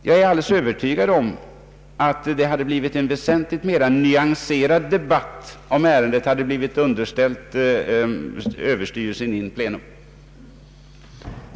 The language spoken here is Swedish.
Jag är alldeles övertygad om att det hade blivit en väsentligt mera nyanserad debatt, om ärendet underställts överstyrelsen in pleno.